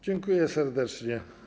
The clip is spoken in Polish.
Dziękuję serdecznie.